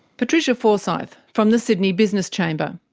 patricia forsythe, from the sydney business chamber.